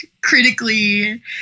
critically